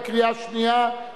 בקריאה שנייה.